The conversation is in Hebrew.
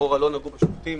לכאורה לא נגעו בשופטים.